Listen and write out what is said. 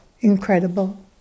incredible